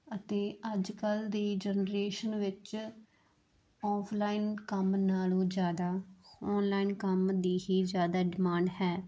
ਅਤੇ ਅੱਜ ਕੱਲ੍ਹ ਦੀ ਜਨਰੇਸ਼ਨ ਵਿੱਚ ਆਫਲਾਈਨ ਕੰਮ ਨਾਲੋਂ ਜ਼ਿਆਦਾ ਆਨਲਾਈਨ ਕੰਮ ਦੀ ਹੀ ਜ਼ਿਆਦਾ ਡਿਮਾਂਡ ਹੈ